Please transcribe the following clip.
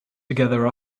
together